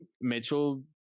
Mitchell